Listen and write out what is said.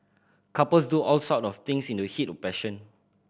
couples do all sort of things in the heat of passion